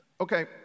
Okay